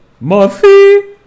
Murphy